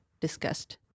discussed